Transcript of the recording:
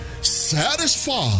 satisfied